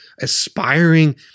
aspiring